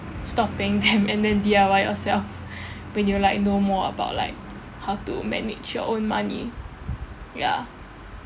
stop paying them and then D_I_Y yourself when you like know more about like how to manage your own money ya